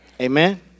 Amen